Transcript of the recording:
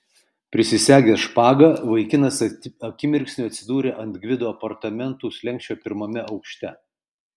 prisisegęs špagą vaikinas akimirksniu atsidūrė ant gvido apartamentų slenksčio pirmame aukšte